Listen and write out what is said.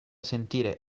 sentire